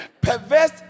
Perverse